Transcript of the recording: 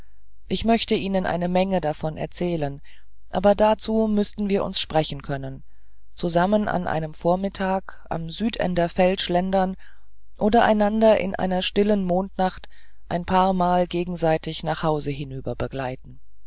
ich möchte ihnen eine menge davon erzählen aber dazu müßten wir uns sprechen können zusammen an einem vormittag am südender feld schlendern oder einander an einer stillen mondnacht ein paarmal gegenseitig nach hause hinüber begleiten